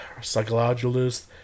psychologist